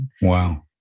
Wow